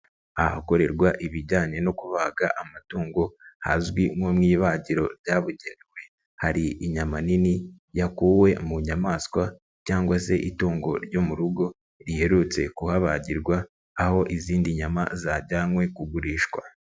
Ahakorerwa ibijyanye no kubaga amatungo hazwi nko mu ibagiro ryabugenewe hari inyama nini yakuwe mu nyamaswa cyangwa se itungo ryo mu rugo riherutse kuhabagirwa, aho izindi nyama zajyanywe kugurishwa.